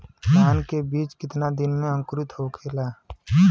धान के बिज कितना दिन में अंकुरित होखेला?